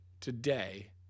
today